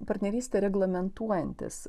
partnerystę reglamentuojantys